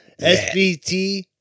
SBT